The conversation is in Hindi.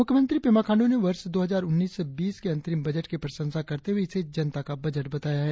मुख्यमंत्री पेमा खांडू ने वर्ष दो हजार उन्नीस बीस के अंतरिम बजट की प्रशंसा करते हुए इसे जनता का बजट बताया है